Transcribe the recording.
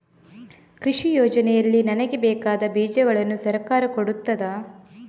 ಕೃಷಿ ಯೋಜನೆಯಲ್ಲಿ ನನಗೆ ಬೇಕಾದ ಬೀಜಗಳನ್ನು ಸರಕಾರ ಕೊಡುತ್ತದಾ?